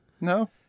no